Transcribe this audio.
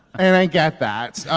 and i get that.